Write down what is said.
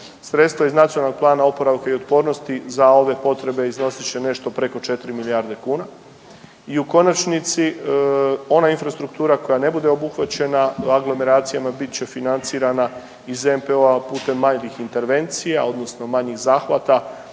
Sredstva iz NPOO-a za ove potrebe iznosit će nešto preko 4 milijarde kuna. I u konačnici ona infrastruktura koja ne bude obuhvaćena aglomeracijama bit će financirana iz NPOO-a putem manjih intervencija odnosno manjih zahvata.